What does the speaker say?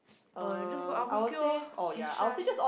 oh just go Ang-Mo-Kio orh Bishan